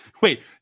Wait